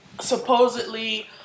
supposedly